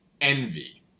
envy